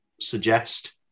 suggest